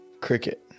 Cricket